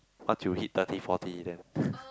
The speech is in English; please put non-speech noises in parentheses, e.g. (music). once you hit thirty forty then (breath)